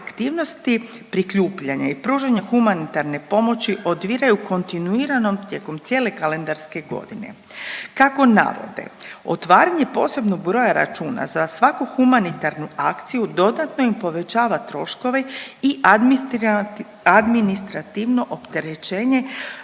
aktivnosti prikupljanja i pružanja humanitarne pomoći odvijaju kontinuirano tijekom cijele kalendarske godine. Kako navode, otvaranje posebnog broja računa za svaku humanitarnu akciju dodatno im povećava troškove i administrativno opterećenje